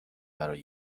برای